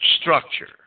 structure